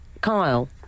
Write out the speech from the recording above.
Kyle